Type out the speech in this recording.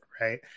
right